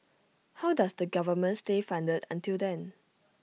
how does the government stay funded until then